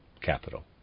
Capital